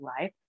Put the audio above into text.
life